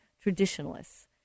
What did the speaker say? traditionalists